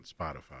Spotify